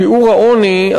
שיעור העוני,